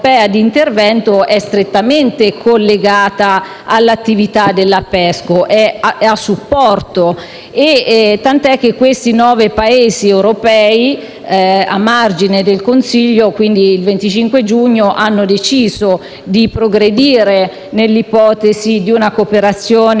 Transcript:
l'iniziativa europea di intervento è strettamente collegata all'attività della PESCO ed è a supporto della stessa, tant'è che questi nove Paesi europei, a margine del Consiglio, il 25 giugno, hanno deciso di progredire nell'ipotesi di una cooperazione rafforzata